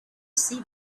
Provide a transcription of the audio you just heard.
see